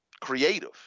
creative